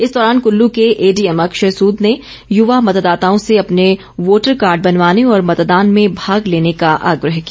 इस दौरान कुल्लू के एडीएम अक्षय सूद ने युवा मतदाताओं से अपने वोटर कार्ड बनवाने और मतदान में भाग लेने का आग्रह किया